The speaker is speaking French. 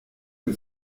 que